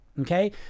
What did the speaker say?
okay